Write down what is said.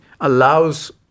allows